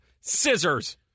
Scissors